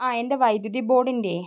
ആ എൻ്റെ വൈദ്യുതി ബോഡിൻ്റെ